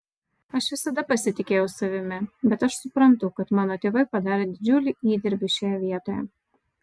aš visada pasitikėjau savimi bet aš suprantu kad mano tėvai padarė didžiulį įdirbį šioje vietoje